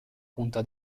punta